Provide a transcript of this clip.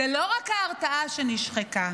לא רק ההרתעה נשחקה,